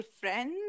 friends